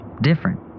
different